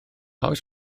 oes